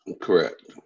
Correct